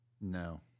No